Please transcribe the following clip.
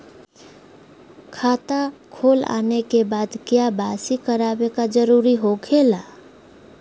खाता खोल आने के बाद क्या बासी करावे का जरूरी हो खेला?